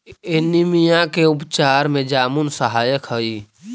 anaemia के उपचार में जामुन सहायक हई